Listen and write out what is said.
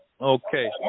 Okay